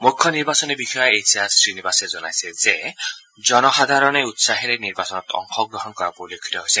মুখ্য নিৰ্বাচনী বিষয়া এইছ আৰ শ্ৰীনিবাসে জনাইছে যে জনসাধাৰণে উৎসাহেৰে নিৰ্বাচনত অংশগ্ৰহণ কৰা পৰিলক্ষিত হৈছে